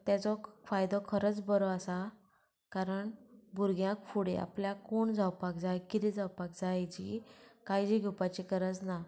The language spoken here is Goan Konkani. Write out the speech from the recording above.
ताजो फायदो खरोच बरो आसा कारण भुरग्यांक फुडें आपल्याक कोण जावपाक जाय किदें जावपाक जाय हेजी काय घेवपाची गरज ना